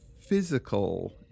physical